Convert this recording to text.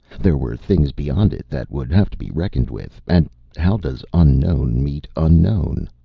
there were things beyond it that would have to be reckoned with. and how does unknown meet unknown?